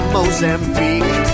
Mozambique